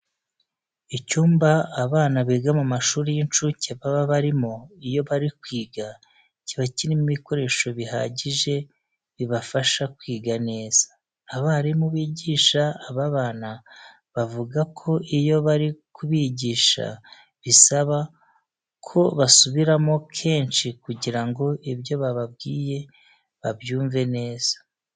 Icyumba abana biga mu mashuri y'incuke baba barimo iyo bari kwiga kiba kirimo ibikoresho bihagije bibafasha kwiga neza. Abarimu bigisha aba bana bavuga ko iyo bari kubigisha bisaba ko basubira kenshi kugira ngo ibyo bababwiye babyumve neza.